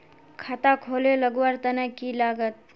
खाता खोले लगवार तने की लागत?